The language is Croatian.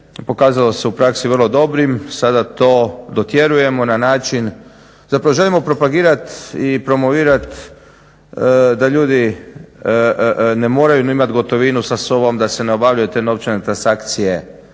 Pokazalo se u praksi vrlo dobrim. Sada to dotjerujemo na način, zapravo želimo propagirati i promovirati da ljudi ne moraju ni imati gotovinu sa sobom da se ne obavljaju te novčane transakcije